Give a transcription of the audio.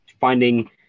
finding